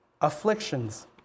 Afflictions